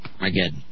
again